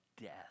death